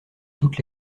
toutes